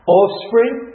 offspring